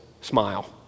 smile